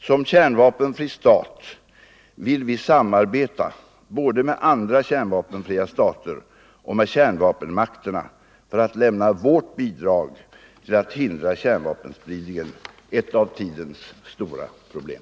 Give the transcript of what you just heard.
Som kärnvapenfri stat vill vi samarbeta både med andra kärnvapenfria stater och med kärnvapenmakterna för att lämna vårt bidrag till att hindra kärnvapenspridningen, ett av tidens stora problem.